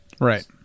Right